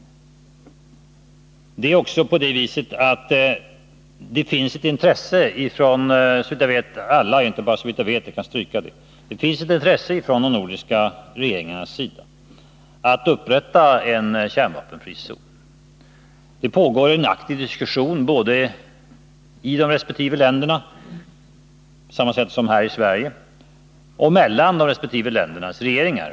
Det finns också ett intresse från de nordiska regeringarnas sida att upprätta en kärnvapenfri zon. Det pågår en aktiv diskussion om dessa frågor, både i resp. länder — på samma sätt som här i Sverige — och mellan resp. länders regeringar.